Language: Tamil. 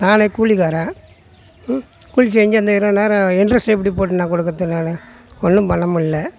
நானே கூலிக்காரன் கூலி செஞ்சி அந்த இருபதனாயிரம் இன்ட்ரெஸ்ட் எப்படி போட்டு நான் கொடுக்கறது நானு ஒன்றும் பண்ண முடில்ல